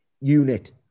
unit